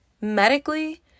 Medically